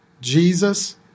Jesus